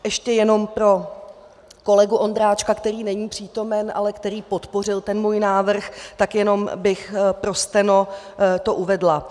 Ještě jenom pro kolegu Ondráčka, který není přítomen, ale který podpořil můj návrh, tak jenom bych pro steno to uvedla.